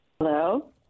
Hello